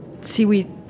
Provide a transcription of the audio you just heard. seaweed